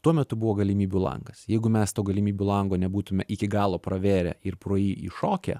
tuo metu buvo galimybių langas jeigu mes to galimybių lango nebūtume iki galo pravėrę ir pro jį įšokę